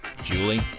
Julie